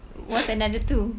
what's another two